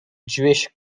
jewish